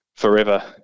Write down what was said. Forever